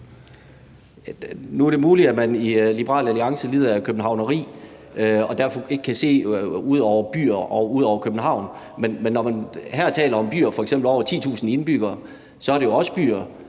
Nu er det muligt, at man i Liberal Alliance lider af københavneri og derfor ikke kan se ud over byer og ud over København. Men når man her taler om byer med f.eks. over 10.000 indbyggere, så er det jo også byer